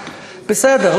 בסדר,